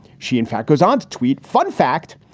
she, in fact, goes on to tweet fun fact.